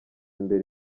imbere